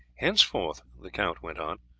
henceforth, the count went on,